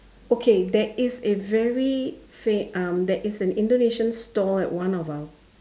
okay there is a very fair um there is an Indonesian stall at one of our